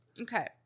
Okay